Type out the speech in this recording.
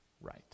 right